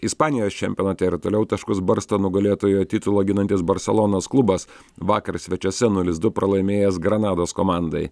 ispanijos čempionate ir toliau taškus barsto nugalėtojo titulą ginantis barselonos klubas vakar svečiuose nulis du pralaimėjęs granados komandai